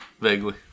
Vaguely